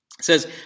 says